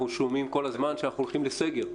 אנחנו שומעים כל הזמן שאנחנו הולכים לסגר.